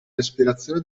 respirazione